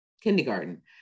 kindergarten